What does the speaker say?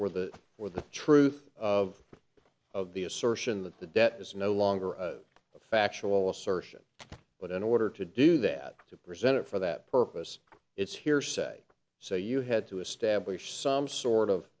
or the or the truth of the of the assertion that the debt is no longer a factual assertion but in order to do that to present it for that purpose it's hearsay so you had to establish some sort